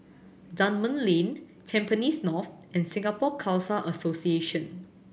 Dunman Lane Tampines North and Singapore Khalsa Association